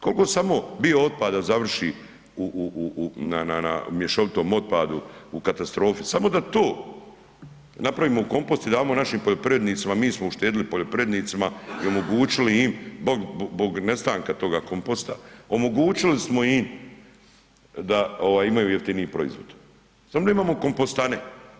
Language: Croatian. Kolko samo biootpada završi u, u, u, u, na, na, na mješovitom otpadu u katastrofi, samo da to napravimo kompost i damo našim poljoprivrednicima, mi smo uštedili poljoprivrednicima i omogućili im zbog, zbog nestanka toga komposta, omogućili smo im da, ovaj imaju jeftiniji proizvod, samo da imamo kompostane.